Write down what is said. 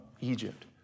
Egypt